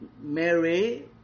Mary